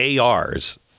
ARs